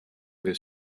their